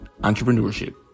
entrepreneurship